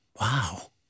Wow